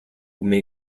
may